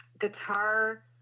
guitar